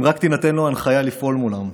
אם רק תינתן לו הנחיה לפעול מולם.